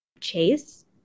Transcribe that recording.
chase